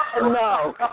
No